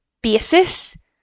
basis